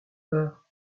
peur